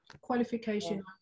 qualification